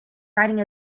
riding